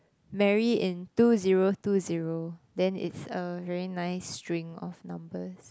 marry in two zero two zero then it's a very nice string of numbers